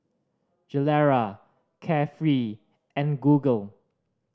Gilera Carefree and Google